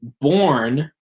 born